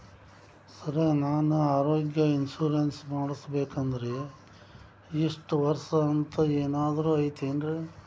Sir ನಾನು ಆರೋಗ್ಯ insurance ಮಾಡಿಸ್ಬೇಕಂದ್ರೆ ಇಷ್ಟ ವರ್ಷ ಅಂಥ ಏನಾದ್ರು ಐತೇನ್ರೇ?